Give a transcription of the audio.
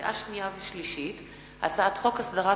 לקריאה שנייה ולקריאה שלישית: הצעת חוק הסדרת